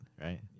right